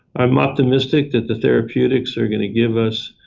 i'm optimistic that the therapeutics are going to give us